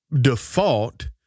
default